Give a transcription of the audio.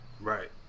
right